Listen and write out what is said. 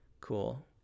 Cool